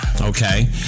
Okay